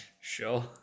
Sure